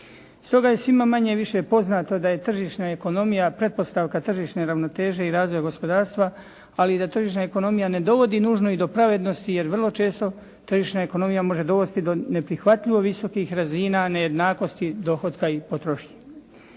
Stoga je svima manje-više poznato da je tržišna ekonomija pretpostavka tržišne ravnoteže i razvoja gospodarstva ali i da tržišna ekonomija ne dovodi nužno i do pravednosti jer vrlo često tržišna ekonomija može dovesti do neprihvatljivo visokih razina nejednakosti dohotka i potrošnje.